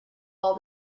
all